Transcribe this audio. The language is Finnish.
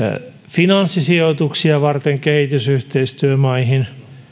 finanssisijoituksia varten kehitysyhteistyömaihin